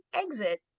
exit